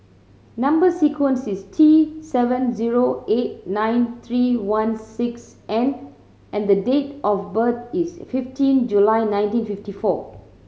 number sequence is T seven zero eight nine three one six N and date of birth is fifteen July nineteen fifty four